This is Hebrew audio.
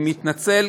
אני מתנצל,